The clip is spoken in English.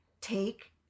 Take